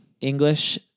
English